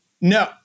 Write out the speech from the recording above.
no